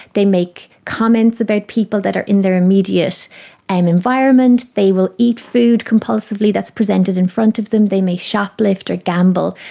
they make comments about people that are in their immediate environment, they will eat food compulsively that's presented in front of them, they may shoplift or gamble.